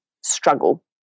struggle